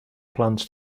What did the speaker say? plans